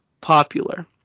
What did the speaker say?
popular